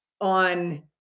on